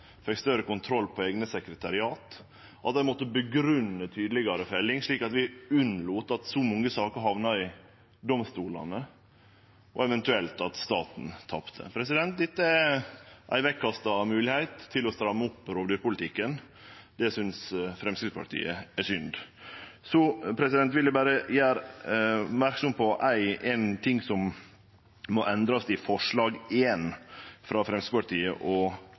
fekk større kontroll på eigne sekretariat, og at dei måtte grunngje felling tydelegare, slik at vi unngjekk at så mange saker hamna i domstolane, og at staten eventuelt tapte. Dette er ei bortkasta moglegheit til å stramme opp rovdyrpolitikken. Det synest Framstegspartiet er synd. Så vil eg berre gjere merksam på ein ting som må endrast i forslag nr. 1, frå Framstegspartiet og